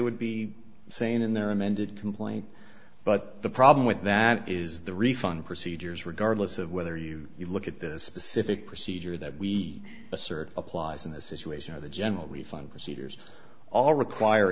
would be saying in their amended complaint but the problem with that is the refund procedures regardless of whether you look at this specific procedure that we assert applies in this situation the general refund procedures all require